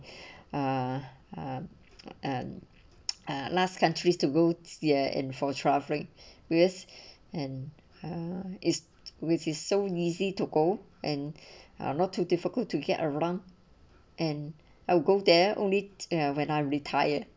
uh uh and uh last countries to go here and for traveling with and uh is which is so easy to go and are not too difficult to get around and I'll go there only eh when I retired